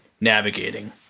navigating